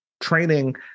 training